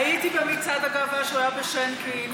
הייתי במצעד הגאווה כשהוא היה בשינקין.